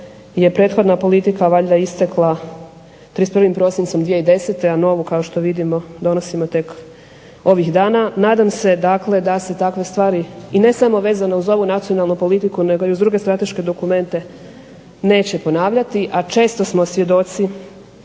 Jer je prethodna politika valjda istekla 31. prosincom 2010. a novu kao što vidimo donosimo tek ovih dana. Nadam se, dakle da se takve stvari i ne samo vezano uz ovu nacionalnu politiku nego i uz druge strateške dokumente neće ponavljati, a često smo svjedoci